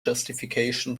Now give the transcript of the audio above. justification